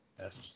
Yes